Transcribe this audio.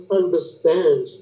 understand